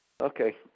okay